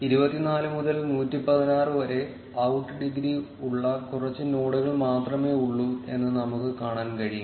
24 മുതൽ 116 വരെ out degree ഉള്ള കുറച്ച് നോഡുകൾ മാത്രമേ ഉള്ളൂ എന്ന് നമുക്ക് കാണാൻ കഴിയും